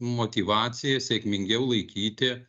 motyvacija sėkmingiau laikyti